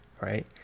right